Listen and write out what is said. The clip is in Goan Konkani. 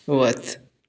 वच